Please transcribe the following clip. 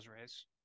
raise